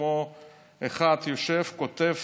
אחד יושב וכותב